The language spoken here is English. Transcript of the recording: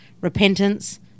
repentance